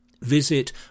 Visit